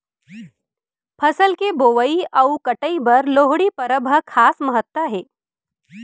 फसल के बोवई अउ कटई बर लोहड़ी परब ह खास महत्ता हे